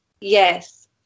yes